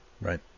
Right